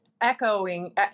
echoing